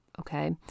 Okay